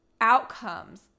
outcomes